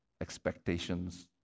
expectations